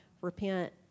Repent